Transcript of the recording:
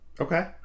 Okay